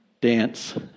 dance